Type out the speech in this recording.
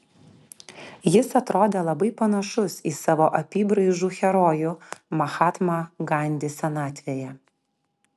jis atrodė labai panašus į savo apybraižų herojų mahatmą gandį senatvėje